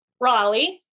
Raleigh